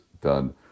done